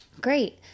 Great